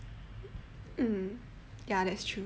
mm ya that's true